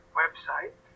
website